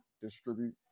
distribute